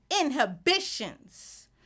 inhibitions